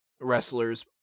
wrestlers